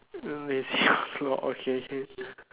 lol okay can